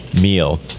meal